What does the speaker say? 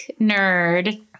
nerd